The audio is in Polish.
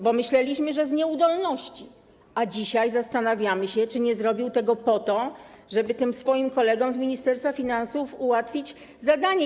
Bo myśleliśmy, że z nieudolności, a dzisiaj zastanawiamy się, czy nie zrobił tego po to, żeby tym swoim kolegom z Ministerstwa Finansów ułatwić zadanie.